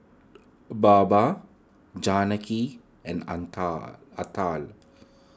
Baba Janaki and Anta Atal